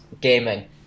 Gaming